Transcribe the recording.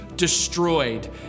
destroyed